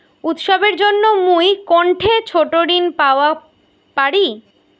উৎসবের জন্য মুই কোনঠে ছোট ঋণ পাওয়া পারি?